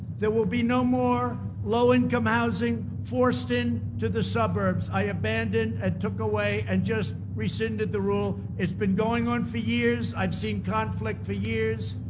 there will be no more low income housing forced in to the suburbs, i abandoned and took away, and just rescinded the rule. it's been going on for years, i've seen conflict for years.